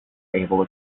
able